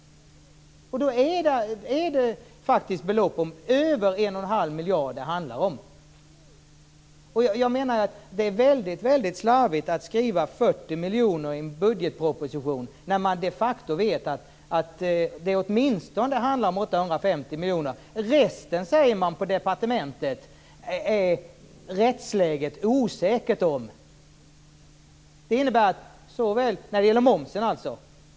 Då är det faktiskt belopp på över en och en halv miljard det handlar om. Jag menar att det är väldigt slarvigt att skriva 40 miljoner i en budgetproposition när man de facto vet att det åtminstone handlar om 850 miljoner. Resten, säger man på departementet, är rättsläget osäkert om - när det gäller momsen alltså.